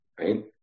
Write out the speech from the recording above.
Right